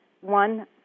one